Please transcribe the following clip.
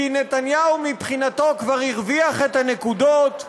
כי נתניהו מבחינתו כבר הרוויח את הנקודות,